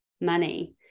money